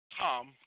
Tom